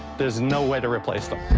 there's no way to replace them. oh.